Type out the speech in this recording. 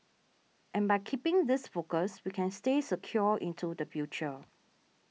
and by keeping this focus we can stay secure into the future